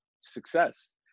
success